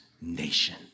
nation